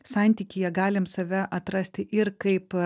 santykyje galim save atrasti ir kaip